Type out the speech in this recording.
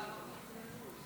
תקשיב.